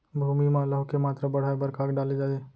भूमि मा लौह के मात्रा बढ़ाये बर का डाले जाये?